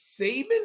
Saban